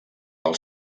pel